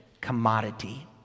commodity